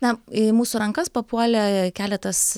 na į mūsų rankas papuolė keletas